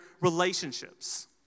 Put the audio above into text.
relationships